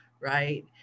right